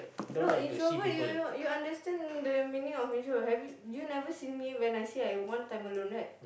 no introvert you you understand the meaning of introver have you never seen me when I say I want time alone right